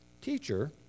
Teacher